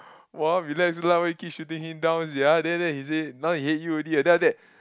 !wah! relax lah why you keep shooting him down sia then after that he say now he hate you already then after that